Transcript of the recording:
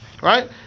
right